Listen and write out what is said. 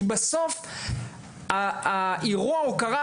כי בסוף אירוע ההוקרה,